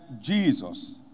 Jesus